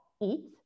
eat